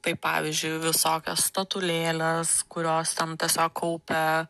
tai pavyzdžiui visokios statulėlės kurios ten tiesiog kaupia